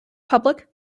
public